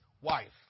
wife